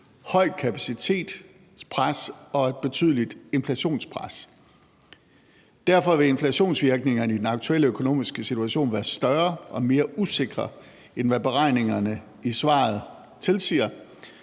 højt kapacitetspres og et betydeligt inflationspres. Derfor vil inflationsvirkningerne i den aktuelle økonomiske situation være større og mere usikre, end hvad beregningerne i svaret tilsiger.